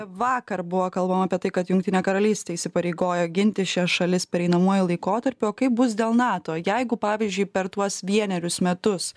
vakar buvo kalbama apie tai kad jungtinė karalystė įsipareigojo ginti šias šalis pereinamuoju laikotarpiu o kaip bus dėl nato jeigu pavyzdžiui per tuos vienerius metus